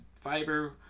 fiber